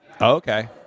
Okay